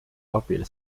abil